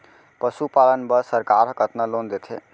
पशुपालन बर सरकार ह कतना लोन देथे?